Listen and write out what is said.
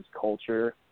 culture